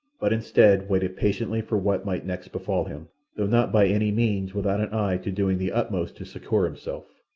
but instead waited patiently for what might next befall him, though not by any means without an eye to doing the utmost to succour himself.